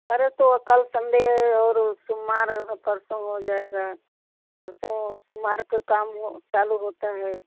अरे तो कल संडे है और सोमवार हाँ परसों हो जाएगा परसों सोमवार का काम हो चालू होता है